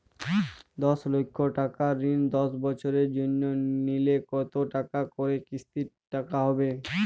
দশ লক্ষ টাকার ঋণ দশ বছরের জন্য নিলে কতো টাকা করে কিস্তির টাকা হবে?